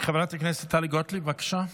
חברת הכנסת טלי גוטליב, בבקשה.